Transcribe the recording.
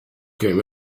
came